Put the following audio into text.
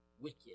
wicked